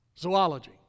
Zoology